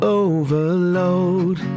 overload